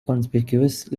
conspicuous